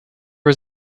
was